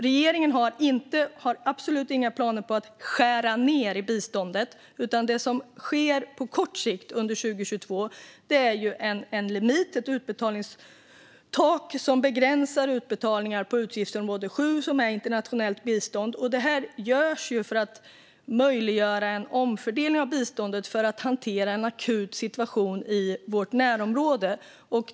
Regeringen har absolut inga planer på att skära ned i biståndet, utan det som sker på kort sikt under 2022 är en limit, ett utbetalningstak, som begränsar utbetalningar på utgiftsområde 7, internationellt bistånd. Detta görs för att möjliggöra en omfördelning av biståndet för att hantera en akut situation i vårt närområde.